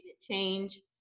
change